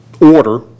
order